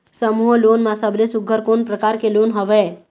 समूह लोन मा सबले सुघ्घर कोन प्रकार के लोन हवेए?